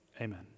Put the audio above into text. Amen